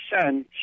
son